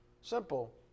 Simple